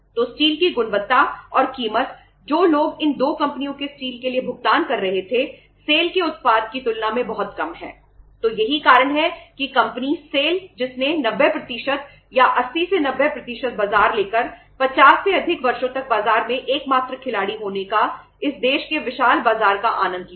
तो स्टील की गुणवत्ता और कीमत जो लोग इन 2 कंपनियों के स्टील के लिए भुगतान कर रहे थे सेल जिसने 90 या 80 90 बाजार लेकर 50 से अधिक वर्षों तक बाजार में एकमात्र खिलाड़ी होने का इस देश के विशाल बाजार का आनंद लिया